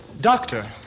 Doctor